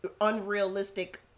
unrealistic